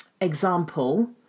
example